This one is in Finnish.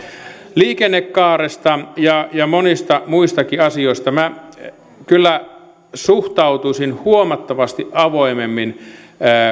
liikennekaaresta ja monista muistakin asioista minä kyllä suhtautuisin huomattavasti avoimemmin